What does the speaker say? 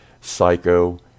psycho